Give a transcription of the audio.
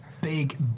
big